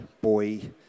Boy